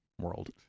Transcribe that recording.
world